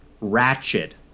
Ratchet